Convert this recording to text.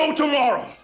tomorrow